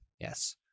yes